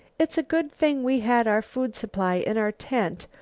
it's a good thing we had our food supply in our tent,